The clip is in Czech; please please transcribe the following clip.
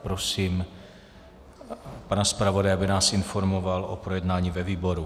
Prosím pana zpravodaje, aby nás informoval o projednání ve výboru.